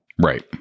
right